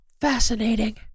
Fascinating